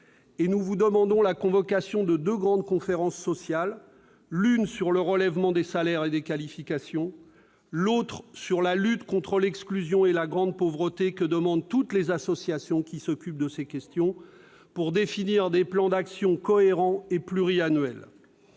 nous vous demandons la convocation de deux grandes conférences sociales relatives, l'une, au relèvement des salaires et des qualifications, l'autre, à la lutte contre l'exclusion et la grande pauvreté, demandées par toutes les associations qui se consacrent à ces questions, pour définir des plans d'action cohérents et pluriannuels.